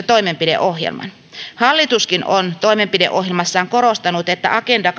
toimenpideohjelman hallituskin on toimenpideohjelmassaan korostanut että agenda